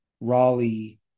Raleigh